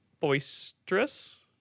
boisterous